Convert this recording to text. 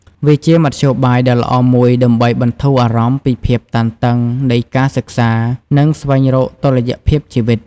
វាជាមធ្យោបាយដ៏ល្អមួយដើម្បីបន្ធូរអារម្មណ៍ពីភាពតានតឹងនៃការសិក្សា និងស្វែងរកតុល្យភាពជីវិត។